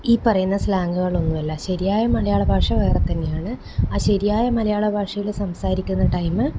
ഈ പറയുന്ന സ്ലാങ്ങുകളൊന്നും അല്ല ശരിയായ മലയാളഭാഷ വേറെ തന്നെയാണ് ആ ശരിയായ മലയാള ഭാഷയിൽ സംസാരിക്കുന്ന ടൈമ്